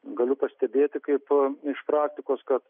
galiu pastebėti kaipo iš praktikos kad